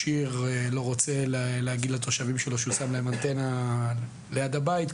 עיר לא רוצה להגיד לתושבים שלו שהוא שם להם אנטנה ליד הבית,